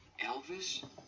Elvis